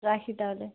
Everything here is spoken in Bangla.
রাখি তাহলে